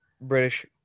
British